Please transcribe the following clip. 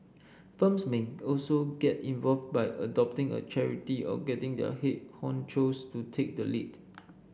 firms may also get involved by adopting a charity or getting their head honchos to take the lead